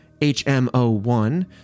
HMO1